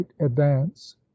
advance